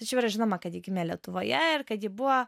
tačiau yra žinoma kad ji gimė lietuvoje ir kad ji buvo